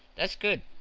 that's good,